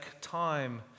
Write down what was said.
time